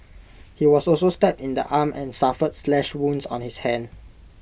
he was also stabbed in the arm and suffered slash wounds on his hands